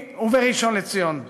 וכן בראשון-לציון.